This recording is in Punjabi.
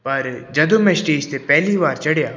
ਪਰ ਜਦੋਂ ਮੈਂ ਸਟੇਜ 'ਤੇ ਪਹਿਲੀ ਵਾਰ ਚੜਿਆ